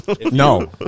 No